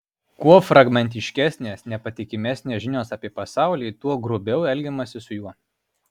kuo fragmentiškesnės nepatikimesnės žinios apie pasaulį tuo grubiau elgiamasi su juo